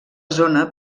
zona